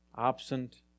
Absent